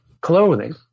clothing